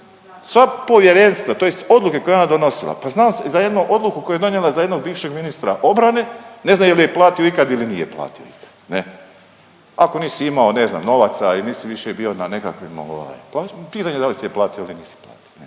Sva povjerenstva, tj. odluke koje je ona donosila pa znalo se za jednu odluku koju je donijela za jednog bivšeg ministra obrane, ne znam jel' joj platio ikad ili nije platio. Ako nisi imao ne znam novaca i nisi više bio na nekakvim …/Govornik se ne razumije./… pitanje